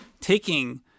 taking